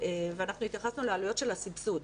והתייחסנו לעלויות של הסבסוד.